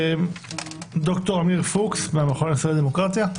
ד"ר עמיר פוקס, המכון הישראלי לדמוקרטיה.